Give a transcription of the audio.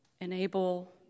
Enable